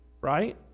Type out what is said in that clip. right